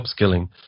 upskilling